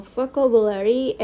vocabulary